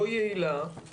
לא יעילה,